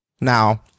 Now